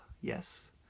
Yes